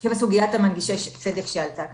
עכשיו לסוגיית מנגישי הצדק שעלתה כאן.